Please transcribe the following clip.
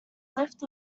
lift